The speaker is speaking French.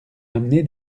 amené